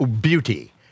beauty